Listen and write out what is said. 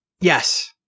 Yes